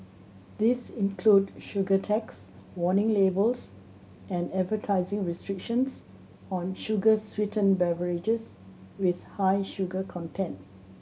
these include sugar tax warning labels and advertising restrictions on sugar sweetened beverages with high sugar content